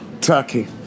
Turkey